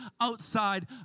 outside